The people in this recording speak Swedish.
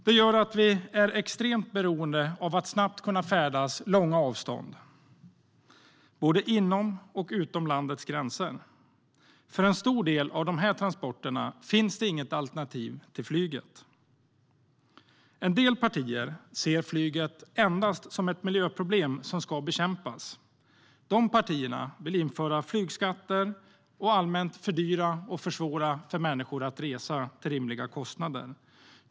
Det gör att vi är extremt beroende av att snabbt kunna färdas långa avstånd, både inom och utom landets gränser. För en stor del av de transporterna finns det inget alternativ till flyget. En del partier ser flyget endast som ett miljöproblem som ska bekämpas. De partierna vill införa flygskatter och allmänt fördyra och försvåra för människor att resa till rimliga kostnader.